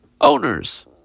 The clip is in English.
owners